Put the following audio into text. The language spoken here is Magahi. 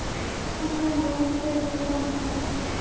हमर लोन के विवरण दिउ